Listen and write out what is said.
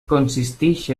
consisteix